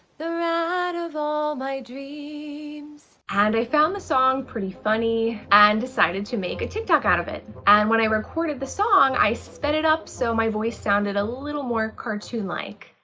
the rat of all my dreams and i found the song pretty funny and decided to make a tiktok out of it. and when i recorded the song, i sped it up, so my voice sounded a little more cartoon-like.